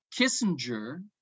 Kissinger